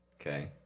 okay